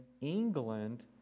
England